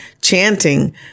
chanting